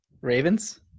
Ravens